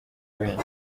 benshi